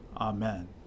Amen